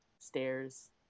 stairs